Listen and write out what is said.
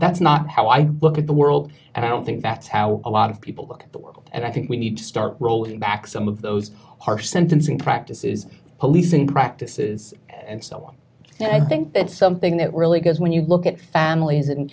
that's not how i look at the world and i don't think that's how a lot of people look at the world and i think we need to start rolling back some of those are sentencing practices policing practices and so on i think that's something that really goes when you look at families and